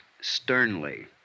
Sternly